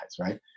right